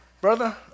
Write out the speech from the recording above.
brother